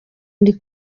ndi